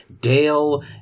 Dale